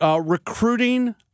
recruiting